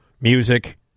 music